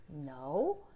No